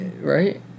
Right